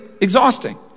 exhausting